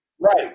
right